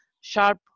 sharp